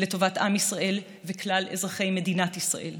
לטובת עם ישראל וכלל אזרחי מדינת ישראל.